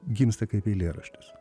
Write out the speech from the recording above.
gimsta kaip eilėraštis